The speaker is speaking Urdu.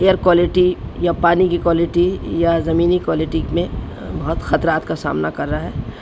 ایئر کوالٹی یا پانی کی کوالٹی یا زمینی کوالٹی میں بہت خطرات کا سامنا کر رہا ہے